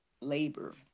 labor